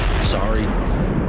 sorry